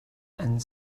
and